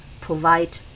provide